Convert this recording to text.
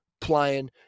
playing